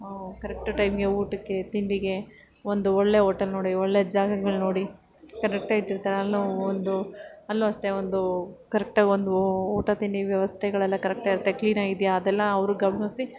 correct ಟೈಮ್ಗೆ ಊಟಕ್ಕೆ ತಿಂಡಿಗೆ ಒಂದು ಒಳ್ಳೆ ಓಟೆಲ್ ನೋಡಿ ಒಳ್ಳೆ ಜಾಗಗಳು ನೋಡಿ ಒಂದು ಅಲ್ಲೂ ಅಷ್ಟೆ ಒಂದು ಕರೆಕ್ಟಾಗಿ ಒಂದು ಊಟ ತಿಂಡಿ ವ್ಯವಸ್ಥೆಗಳೆಲ್ಲ ಕರೆಕ್ಟಾಗಿರುತ್ತೆ ಕ್ಲೀನಾಗಿದೆಯಾ ಅದೆಲ್ಲ ಅವರು ಗಮನಿಸಿ